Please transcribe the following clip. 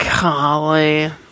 golly